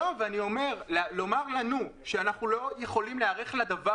לומר לנו שאנחנו לא יכולים להיערך לדבר